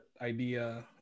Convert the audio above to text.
idea